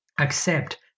accept